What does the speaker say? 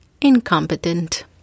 incompetent